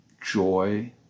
joy